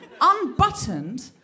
unbuttoned